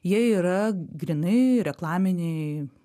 jie yra grynai reklaminiai